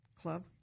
club